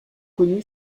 connu